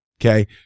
Okay